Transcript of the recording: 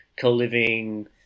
co-living